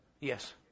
Yes